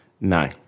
No